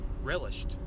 relished